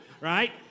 right